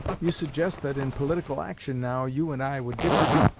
you suggest that in political action now, you and i would differ.